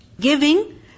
giving